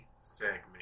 segment